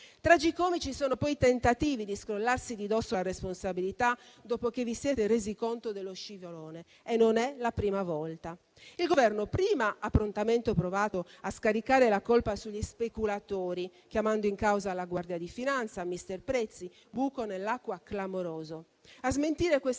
Tragicomici sono poi tentativi di scrollarsi di dosso la responsabilità dopo che vi siete resi conto dello scivolone e non è la prima volta. Il Governo, prima ha prontamente provato a scaricare la colpa sugli speculatori, chiamando in causa la Guardia di finanza e il Garante per la sorveglianza